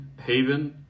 Haven